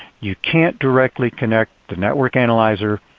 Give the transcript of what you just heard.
you can't directly connect the network analyzer,